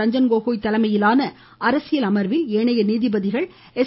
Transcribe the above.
ரஞ்சன் கோகோய் தலைமையிலான அரசியல் அமர்வில் ஏனைய நீதிபதிகள் எஸ்